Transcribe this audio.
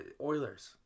Oilers